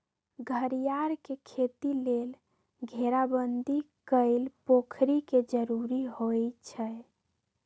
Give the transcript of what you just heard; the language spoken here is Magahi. घरियार के खेती लेल घेराबंदी कएल पोखरि के जरूरी होइ छै